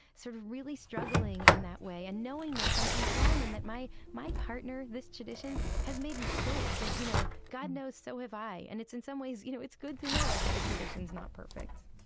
sort of really struggling in that way, and knowing that something's wrong and that my my partner, this tradition, has made mistakes and you know, god knows so have i. and it's, in some ways, you know, it's good to know that the tradition is not perfect